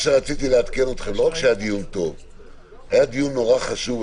מה שרציתי לעדכן אתכם שהיה דיון נורא חשוב.